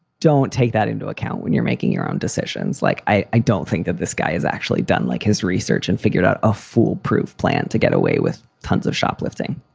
don't take that into account when you're making your own decisions. like, i i don't think that this guy has actually done like his research and figured out a foolproof plan to get away with tons of shoplifting.